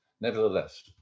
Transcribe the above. nevertheless